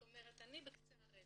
זאת אומרת אני בקצה הרצף.